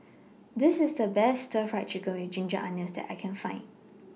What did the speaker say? This IS The Best Stir Fry Chicken with Ginger Onions that I Can Find